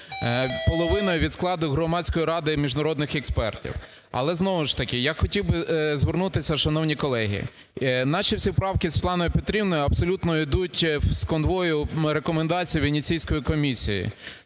половиною від складу Громадської ради міжнародних експертів. Але, знову ж таки я хотів би звернутися, шановні колеги. Наші всі правки зі Світланою Петрівною абсолютно ідуть з канвою рекомендацій Венеційської комісії.